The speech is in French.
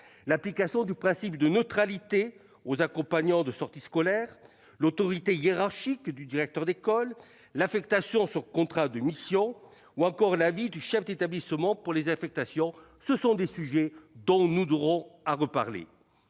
l'application du principe de neutralité aux accompagnants de sorties scolaires ; l'autorité hiérarchique du directeur d'école ; l'affectation sur contrat de mission ; l'avis du chef d'établissement pour les affectations. Autant de sujets dont nous aurons à reparler.